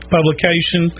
publication